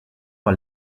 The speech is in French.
par